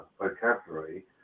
vocabulary